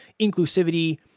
inclusivity